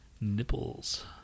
Nipples